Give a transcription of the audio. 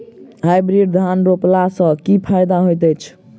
Hybrid धान रोपला सँ की फायदा होइत अछि?